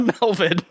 Melvin